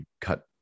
cut